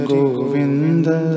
Govinda